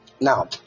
Now